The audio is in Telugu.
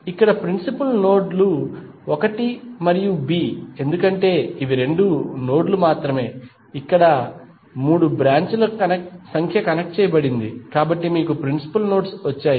ఇక్కడ ప్రిన్సిపుల్ నోడ్ లు 1 మరియు B ఎందుకంటే ఇవి రెండు నోడ్ లు మాత్రమే ఇక్కడ మూడు బ్రాంచ్ ల సంఖ్య కనెక్ట్ చేయబడింది కాబట్టి మీకు ప్రిన్సిపల్ నోడ్స్ వచ్చాయి